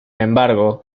embargo